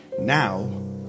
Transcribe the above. Now